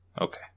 Okay